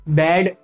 bad